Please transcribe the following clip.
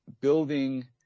building